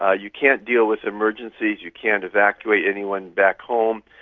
ah you can't deal with emergencies, you can't evacuate anyone back home,